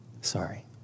Sorry